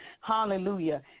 Hallelujah